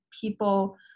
people